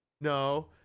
no